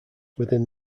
within